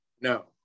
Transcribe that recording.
No